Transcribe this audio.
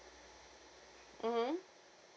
mmhmm